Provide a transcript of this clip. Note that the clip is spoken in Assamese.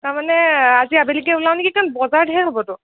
তাৰমানে আজি আবেলিকে ওলাও নেকি কাৰণ বজাৰ ধেৰ হ'বতো